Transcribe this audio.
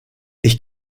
ich